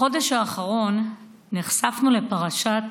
בחודש האחרון נחשפנו לפרשת